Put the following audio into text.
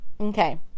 Okay